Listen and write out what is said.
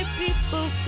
people